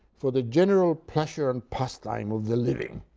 for the general pleasure and pastime of the living.